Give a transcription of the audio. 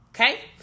Okay